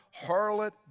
harlot